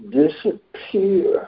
disappear